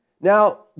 Now